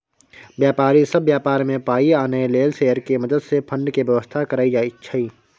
व्यापारी सब व्यापार में पाइ आनय लेल शेयर के मदद से फंड के व्यवस्था करइ छइ